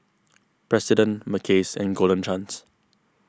President Mackays and Golden Chance